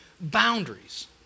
boundaries